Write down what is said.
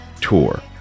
tour